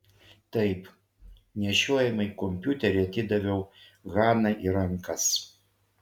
taip nešiojamąjį kompiuterį atidaviau hanai į rankas